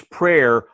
prayer